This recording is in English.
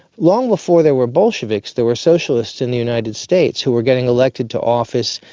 long before there were bolsheviks there were socialists in the united states who were getting elected to office,